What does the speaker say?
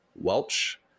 welch